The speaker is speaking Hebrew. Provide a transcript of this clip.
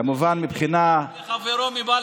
וכמובן מבחינה, וחברו מבלפור.